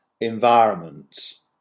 environments